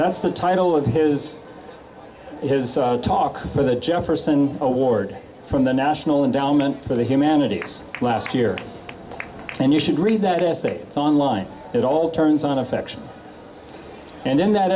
that's the title of his talk for the jefferson award from the national endowment for the humanities last year and you should read that as state's online it all turns on affection and in that